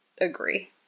agree